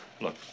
Look